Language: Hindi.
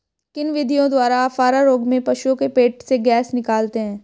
किन विधियों द्वारा अफारा रोग में पशुओं के पेट से गैस निकालते हैं?